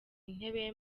intebe